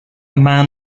man